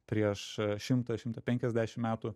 prieš šimtą šimtą penkiasdešim metų